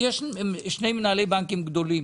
יש שני מנהלי בנקים גדולים